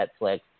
Netflix